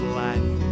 life